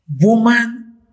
woman